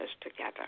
together